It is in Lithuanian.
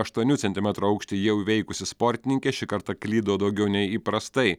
aštuonių centimetrų aukštį jau įveikusi sportininkė šį kartą klydo daugiau nei įprastai